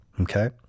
Okay